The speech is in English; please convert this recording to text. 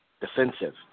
defensive